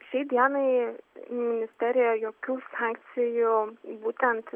šiai dienai ministerija jokių sankcijų būtent